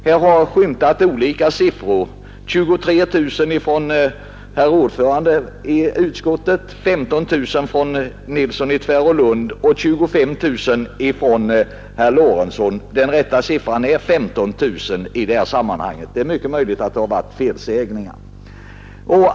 Här har antytts olika siffror — 23 000 av ordföranden i utskottet, 15 000 av herr Nilsson i Tvärålund och 25 000 av herr Lorentzon — den rätta siffran är 15 000 i det här sammanhanget. Det är möjligt att det har varit felsägningar.